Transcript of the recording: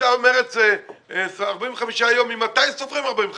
אתה אומר 45 ימים אבל ממתי סופרים 45 ימים?